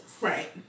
Right